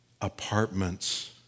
apartments